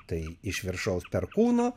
tai iš viršaus perkūno